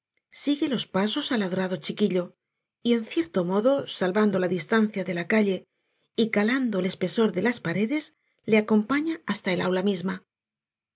sigue los pasos al adorado chiquillo y en cierto modo salvando la distancia de la calle y calando el espesor de las paredes le acompaña hasta el aula misma